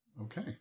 Okay